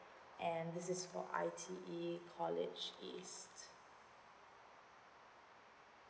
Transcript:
and this is for I_T_E college east